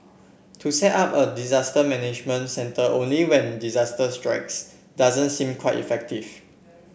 to set up a disaster management centre only when disaster strikes doesn't seem quite effective